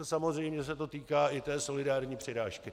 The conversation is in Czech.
Samozřejmě se to týká i té solidární přirážky.